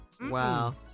Wow